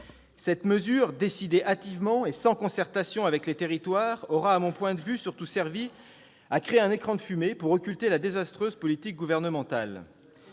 Cette mesure, décidée hâtivement et sans concertation avec les territoires, aura, de mon point de vue, surtout servi à créer un écran de fumée pour occulter la désastreuse politique gouvernementale.